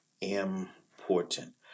important